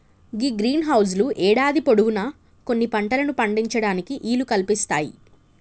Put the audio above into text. గీ green house లు యేడాది పొడవునా కొన్ని పంటలను పండించటానికి ఈలు కల్పిస్తాయి